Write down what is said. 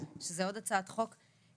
שזאת עוד הצעת חוק.